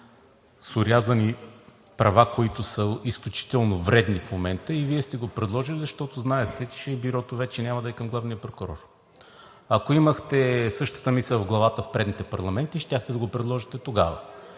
с орязани права, които са изключително вредни в момента. И Вие сте го предложили, защото знаете, че Бюрото вече няма да е към главния прокурор. Ако имахте същата мисъл в главата в предните парламенти, щяхте да го предложите тогава.